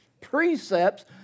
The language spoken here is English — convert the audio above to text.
precepts